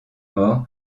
mort